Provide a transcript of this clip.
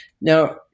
Now